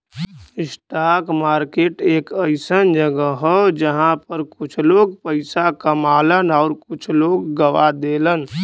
stock market एक अइसन जगह हौ जहां पर कुछ लोग पइसा कमालन आउर कुछ लोग गवा देलन